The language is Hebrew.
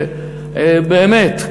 באמת,